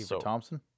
Thompson